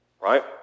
right